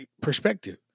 perspective